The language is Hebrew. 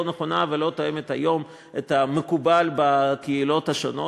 נכונה ולא תואמת היום את המקובל בקהילות השונות.